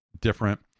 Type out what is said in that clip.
different